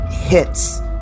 hits